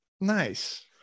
Nice